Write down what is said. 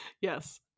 Yes